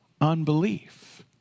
unbelief